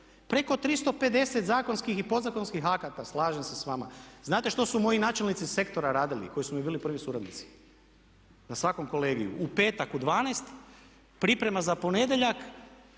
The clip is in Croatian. preko 350 zakonskih i podzakonskih akata slažem se s vama, znate što su moji načelnici sektora radili koji su mi bili prvi suradnici na svakom kolegiju? U petak u 12 priprema za ponedjeljak